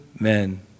Amen